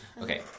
Okay